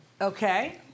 Okay